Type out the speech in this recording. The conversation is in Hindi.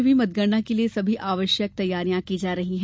भोपाल में भी मतगणना के लिये सभी आवश्यक तैयारियां की जा रही है